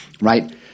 right